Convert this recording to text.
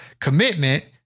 commitment